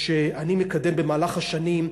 שאני מקדם במהלך השנים,